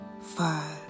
five